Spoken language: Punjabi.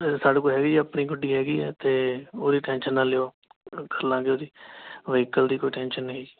ਸਾਡੇ ਕੋਲ ਹੈਗਾ ਜੀ ਆਪਣੀ ਗੱਡੀ ਹੈਗੀ ਆ ਅਤੇ ਉਹਦੀ ਟੈਨਸ਼ਨ ਨਾ ਲਿਓ ਕਰਲਾਂਗੇ ਉਹਦੀ ਵਹਿਕਲ ਦੀ ਕੋਈ ਟੈਨਸ਼ਨ ਨਹੀਂ